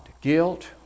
guilt